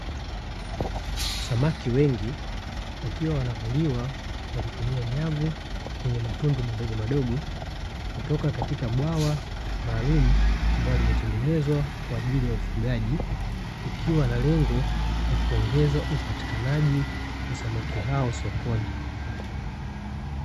Samaki wengi wakiwa wanavuliwa kwa kutumia nyavu yenye matundu madogo madogo kutoka katika bwawa maalumu ambalo limetengenezwa kwa ajili ya ufugaji, ikiwa na lengo la kuongeza upatikanaji wa samaki hao sokoni.